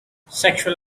sexual